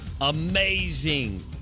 amazing